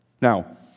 Now